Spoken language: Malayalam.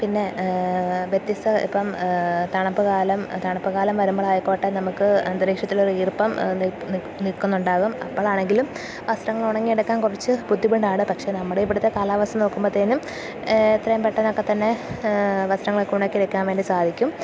പിന്നെ വ്യത്യസ്ത ഇപ്പോള് തണുപ്പു കാലം തണുപ്പു കാലം വരുമ്പോഴായിക്കോട്ടെ നമുക്ക് അന്തരീക്ഷത്തിലൊരു ഈർപ്പം നില്ക്കുന്നുണ്ടാകും അപ്പോഴാണെങ്കിലും വസ്ത്രങ്ങൾ ഉണങ്ങിയെടുക്കാൻ കുറച്ചു ബുദ്ധിമുട്ടാണ് പക്ഷെ നമ്മുടെ ഇവിടുത്തെ കാലാവസ്ഥ നോക്കുമ്പോഴത്തേനും എത്രയും പെട്ടെന്നൊക്കെ തന്നെ വസ്ത്രങ്ങളൊക്കെ ഉണക്കി എടുക്കാൻ വേണ്ടി സാധിക്കും